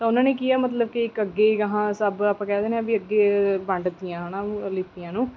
ਤਾਂ ਉਹਨਾਂ ਨੇ ਕੀ ਆ ਮਤਲਬ ਕਿ ਇੱਕ ਅੱਗੇ ਗਾਹਾਂ ਸਭ ਆਪਾਂ ਕਹਿ ਦਿੰਦੇ ਹਾਂ ਵੀ ਅੱਗੇ ਵੰਡਤੀਆਂ ਹੈ ਨਾ ਲਿਪੀਆਂ ਨੂੰ